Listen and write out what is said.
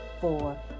four